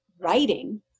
writing